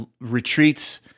retreats